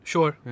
Sure